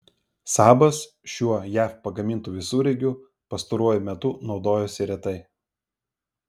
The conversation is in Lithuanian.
sabas šiuo jav pagamintu visureigiu pastaruoju metu naudojosi retai